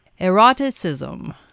eroticism